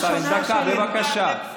אבא וגם אימא יהיו בחופשת לידה.